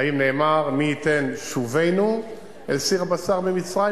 האם נאמר: מי ייתן שובנו אל סיר הבשר במצרים,